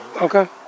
Okay